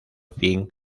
fin